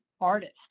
artist